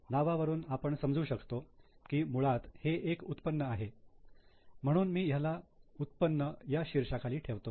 नावावरून आपण समजू शकतो की मुळात हे एक उत्पन्न आहे म्हणून मी ह्याला 'उत्पन्न' या शीर्षाखाली ठेवतो